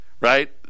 right